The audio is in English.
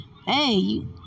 Hey